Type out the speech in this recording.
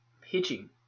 pitching